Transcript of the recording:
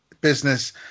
business